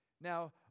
Now